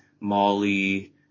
Molly